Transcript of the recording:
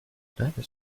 divers